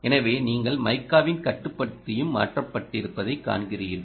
எனவேநீங்கள் மைக்காவின் கட்டுப்படுத்தியும் மாற்றப்பட்டிருப்பதைக் காண்கிறீர்கள்